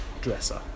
dresser